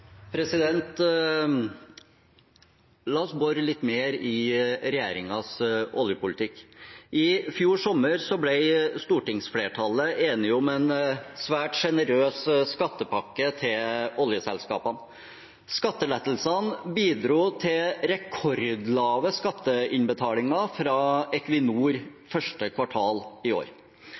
La oss bore litt mer i regjeringens oljepolitikk. I fjor sommer ble stortingsflertallet enige om en svært sjenerøs skattepakke til oljeselskapene. Skattelettelsene bidro til rekordlave skatteinnbetalinger fra Equinor i første kvartal i år.